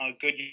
good